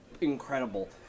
incredible